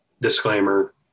disclaimer